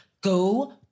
Go